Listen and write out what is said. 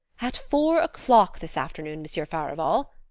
at four o'clock this afternoon, monsieur farival,